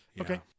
Okay